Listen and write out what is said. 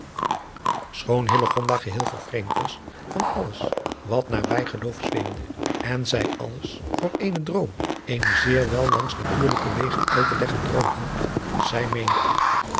hillegonda geheel vervreemd was van alles wat naar bijgeloof zweemde en zij alles voor eenen droom eenen zeer wel langs natuurlijke wegen uit te leggen droom hield zij meende echter